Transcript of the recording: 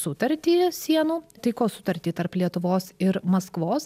sutartį sienų taikos sutartį tarp lietuvos ir maskvos